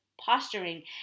posturing